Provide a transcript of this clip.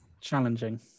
Challenging